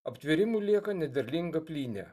aptvėrimų lieka nederlinga plynė